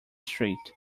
street